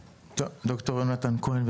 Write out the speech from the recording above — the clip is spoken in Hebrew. ד"ר יונתן כהן,